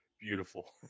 Beautiful